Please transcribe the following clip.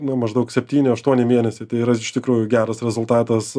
nu maždaug septyni aštuoni mėnesiai tai yra iš tikrųjų geras rezultatas